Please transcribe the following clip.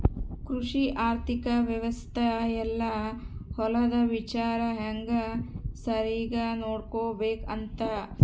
ಕೃಷಿ ಆರ್ಥಿಕ ವ್ಯವಸ್ತೆ ಯೆಲ್ಲ ಹೊಲದ ವಿಚಾರ ಹೆಂಗ ಸರಿಗ ನೋಡ್ಕೊಬೇಕ್ ಅಂತ